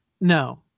no